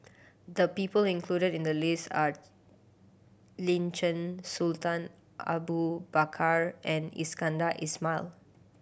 the people included in the list are Lin Chen Sultan Abu Bakar and Iskandar Ismail